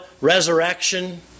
resurrection